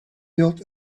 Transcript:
built